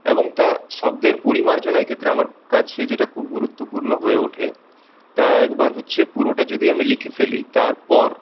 এবং তা শব্দের পরিমার্জনা এক্ষেত্রে আমার কাছে যেটা খুব গুরুত্বপূর্ণ হয়ে ওঠে তা একবার হচ্ছে পুরোটা যদি আমি লিখে ফেলি তারপর